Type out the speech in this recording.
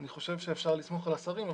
אני חושב שאפשר לסמוך על השרים,